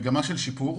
מגמה של שיפור